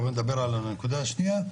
ותכף גם נדבר על הנקודה השנייה,